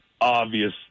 obvious